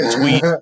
tweet